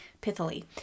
pithily